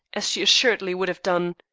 as she assuredly would have done.